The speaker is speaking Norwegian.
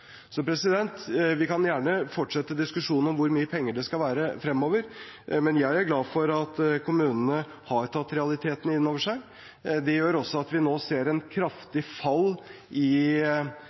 Så vi kan gjerne fortsette diskusjonen om hvor mye penger det skal være fremover, men jeg er glad for at kommunene har tatt realiteten innover seg. Det gjør også at vi nå ser et kraftig fall i